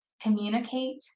communicate